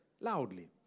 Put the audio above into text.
loudly